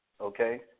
okay